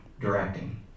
directing